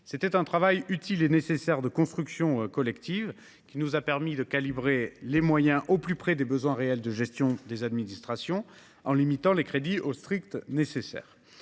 instant. Ce travail utile et nécessaire de construction collective nous a permis de calibrer les moyens au plus près des besoins réels de gestion des administrations, en limitant les crédits au strict nécessaire.